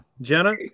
Jenna